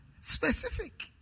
specific